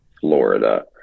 Florida